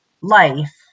life